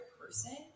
person